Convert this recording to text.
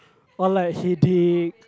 or like headache